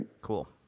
Cool